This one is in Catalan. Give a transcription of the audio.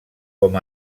com